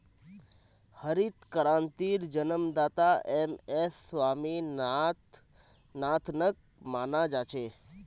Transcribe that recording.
हरित क्रांतिर जन्मदाता एम.एस स्वामीनाथनक माना जा छे